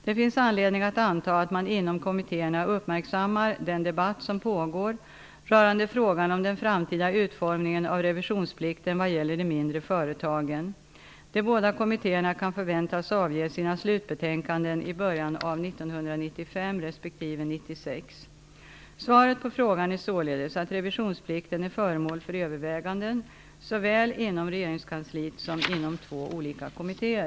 Det finns anledning att anta att man inom kommittéerna uppmärksammar den debatt som pågår rörande frågan om den framtida utformningen av revisionsplikten vad gäller de mindre företagen. De båda kommittéerna kan förväntas avge sina slutbetänkanden i början av Svaret på frågan är således att revisionsplikten är föremål för överväganden såväl inom regeringskansliet som inom två olika kommittéer.